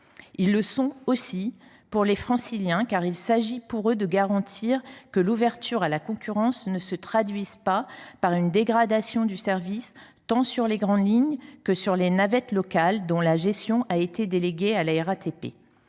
Ils le sont aussi pour les Franciliens, car il s’agit pour eux de garantir que l’ouverture à la concurrence ne se traduira pas par une dégradation du service, tant sur les grandes lignes que sur les navettes locales dont la gestion a été déléguée à la RATP.